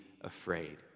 afraid